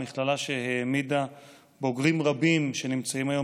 מכללה שהעמידה בוגרים רבים שנמצאים היום